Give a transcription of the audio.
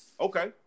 Okay